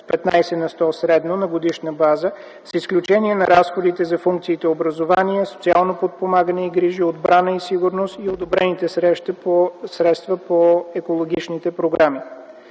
15 на сто средно на годишна база, с изключение на разходите за функциите образование, социално подпомагане и грижи, отбрана и сигурност и одобрените средства по екологичните програми.